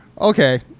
Okay